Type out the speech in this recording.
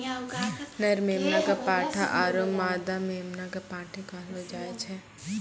नर मेमना कॅ पाठा आरो मादा मेमना कॅ पांठी कहलो जाय छै